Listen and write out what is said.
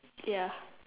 ya